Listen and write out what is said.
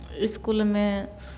इसकुलमे